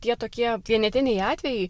tie tokie vienetiniai atvejai